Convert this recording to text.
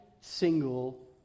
single